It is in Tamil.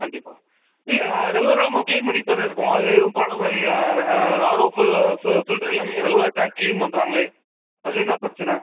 கண்டிப்பாக இல்லை நான் ரெகுலராக நம்ம க்ளீன் பண்ணிட்டுதானே இருக்கோம் அதில் எதுவும் ப்ராப்ளம் ஆர்ஓ ஃபில் ஃபில்ட்ரு எல்லாமே ரெகுலராக டேங்க் க்ளீன் பண்ணுறாங்களே அதில் என்ன பிரச்சனை